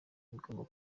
bigomba